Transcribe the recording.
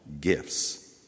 gifts